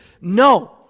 No